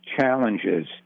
challenges